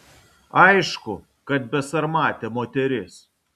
aišku kad besarmatė moteris